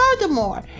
furthermore